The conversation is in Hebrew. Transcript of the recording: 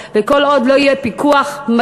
כל עוד לא תהיה קביעה כזאת וכל עוד לא יהיה פיקוח מתמיד,